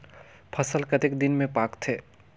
फसल कतेक दिन मे पाकथे?